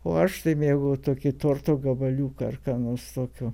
o aš tai mėgau tokį torto gabaliuką ar ką nors tokio